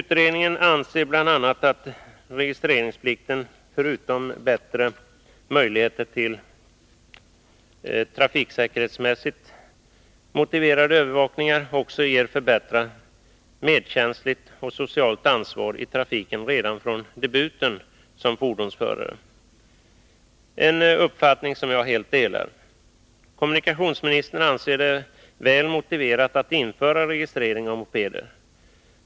TSU anser bl.a. att registreringsplikten, förutom bättre möjligheter till trafiksäkerhetsmässigt motiverad övervakning, ger förbättrat medkänsligt och socialt ansvar i trafiken redan från debuten som fordonsförare. Det är en uppfattning som jag helt delar. Kommunikationsministern anser det väl motiverat att införa registrering av mopeder.